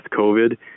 COVID